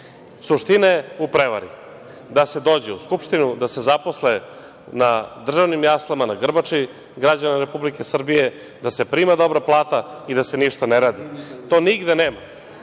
je u prevari, da se dođe u Skupštinu, da se zaposle na državnim jaslama, na grbači građana Republike Srbije, da se primi dobra plata i da se ništa ne radi. To nigde